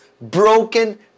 broken